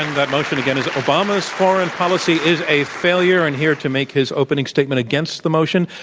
um the motion again is obama's foreign policy is a failure, and here to make his opening statement against the motion,